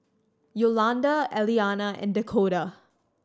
Yolanda Eliana and Dakoda